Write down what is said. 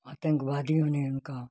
आतंकवादियों ने